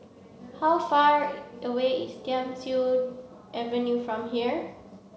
how far away is Thiam Siew Avenue from here